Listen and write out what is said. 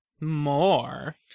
More